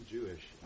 Jewish